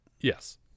Yes